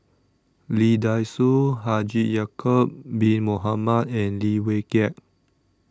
Lee Dai Soh Haji Ya'Acob Bin Mohamed and Lim Wee Kiak